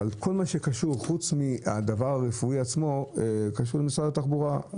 פרט לדבר הרפואי עצמו כל השאר קשור למשרד התחבורה.